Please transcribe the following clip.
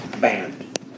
Banned